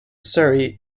surrey